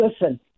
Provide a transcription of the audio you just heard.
Listen